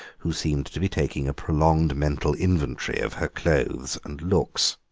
who seemed to be taking a prolonged mental inventory of her clothes and looks.